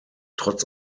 trotz